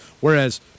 Whereas